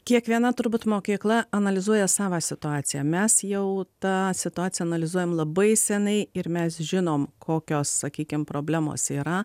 kiekviena turbūt mokykla analizuoja savą situaciją mes jau tą situaciją analizuojam labai seniai ir mes žinom kokios sakykim problemos yra